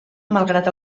malgrat